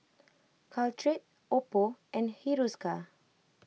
Caltrate Oppo and Hiruscar